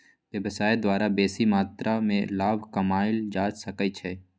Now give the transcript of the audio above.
व्यवसाय द्वारा बेशी मत्रा में लाभ कमायल जा सकइ छै